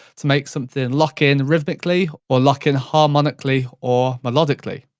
to make something lock in rhythmically, or lock in harmonically or melodically.